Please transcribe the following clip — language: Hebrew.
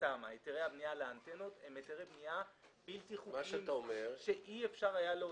התמ"א הם בלתי חוקיים ואי אפשר היה להוציא אותם.